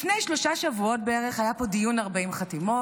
לפני שלושה שבועות בערך היה פה דיון 40 חתימות.